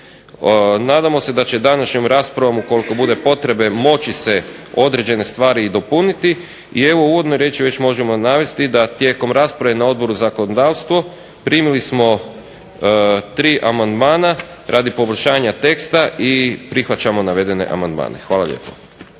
Nadamo se da će današnjom raspravom ukoliko bude potrebe moći se određene stvari i dopuniti i evo u uvodnoj riječi već možemo navesti da tijekom rasprave na Odboru za zakonodavstvo primili smo tri amandmana radi poboljšanja teksta i prihvaćamo navedene amandmane. Hvala lijepo.